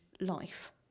life